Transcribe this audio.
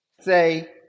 say